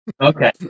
Okay